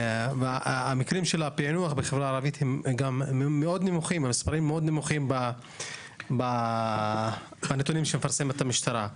מספרי הפיענוח בחברה הערבית הם מאוד נמוכים לפי מה שמפרסמת המשטרה.